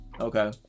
Okay